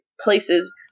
places